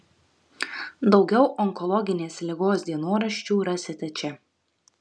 daugiau onkologinės ligos dienoraščių rasite čia